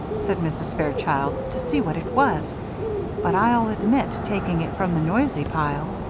said mrs. fairchild, to see what it was but i'll admit taking it from the noisy pile.